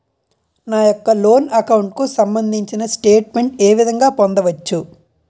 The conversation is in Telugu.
నా యెక్క లోన్ అకౌంట్ కు సంబందించిన స్టేట్ మెంట్ ఏ విధంగా పొందవచ్చు?